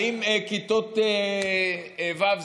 האם כיתות ו',